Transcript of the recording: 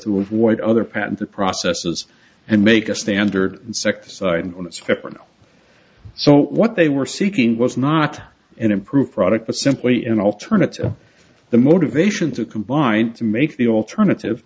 to avoid other patent the processes and make a standard insecticide on its heparin so what they were seeking was not an improved product but simply an alternative the motivation to combine to make the alternative